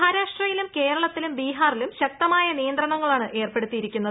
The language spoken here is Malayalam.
മഹാരാഷ്ട്രയിലും കേരളത്തിലും ബീഹാറിലും ശക്തമായ നിയന്ത്രണങ്ങളാണ് ഏർപ്പെടുത്തിയിരിക്കുന്നത്